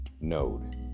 node